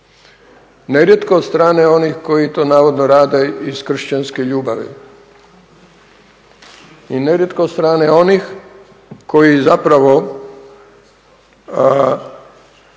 nerijetko od strane onih koji to navodno rade iz kršćanske ljubavi i nerijetko od strane onih koji zapravo